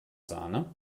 sahne